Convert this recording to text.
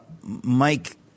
Mike